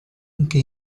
anche